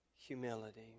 humility